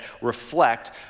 reflect